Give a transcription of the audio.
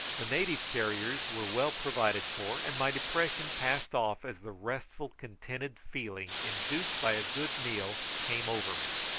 the native carriers were well provided for, and my depression passed off as the restful contented feeling induced by a good meal came over me.